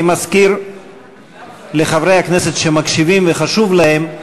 אני מזכיר לחברי הכנסת שמקשיבים וחשוב להם,